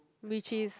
which is